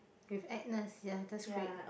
with Agnes ya that's great